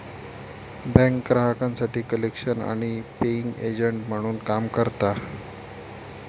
बँका ग्राहकांसाठी कलेक्शन आणि पेइंग एजंट म्हणून काम करता